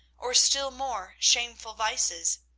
or still more shameful vices.